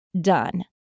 done